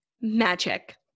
Magic